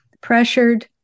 pressured